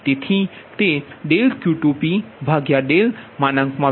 તેથી તે Q2V2p માં ∆V2p